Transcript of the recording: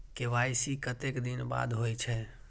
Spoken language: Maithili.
के.वाई.सी कतेक दिन बाद होई छै?